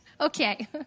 Okay